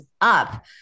up